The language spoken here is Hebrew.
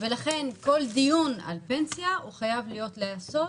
ולכן כל דיון על פנסיה חייב להיעשות